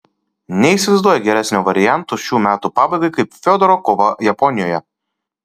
neįsivaizduoju geresnio varianto šių metų pabaigai kaip fiodoro kova japonijoje